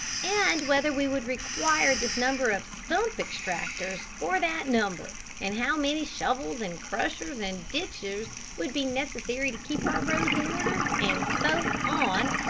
and whether we would require this number of stump extractors or that number, and how many shovels and crushers and ditchers would be necessary to keep our roads in order, and so on,